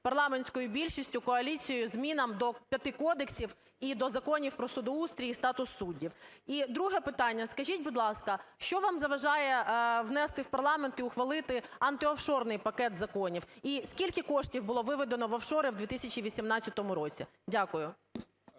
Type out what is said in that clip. парламентською більшістю, коаліцією змінам до 5 кодексів і до законів про судоустрій і статус суддів. І друге питання. Скажіть, будь ласка, що вам заважає внести в парламент і ухвалити антиофшорний пакет законів? І скільки кошів було виведено в офшори в 2018 році? Дякую.